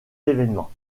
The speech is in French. événement